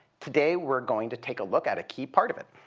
today we're going to take a look at a key part of it.